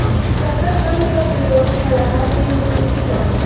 शकरकंद का प्रयोग फलाहार के रूप में भी करते हैं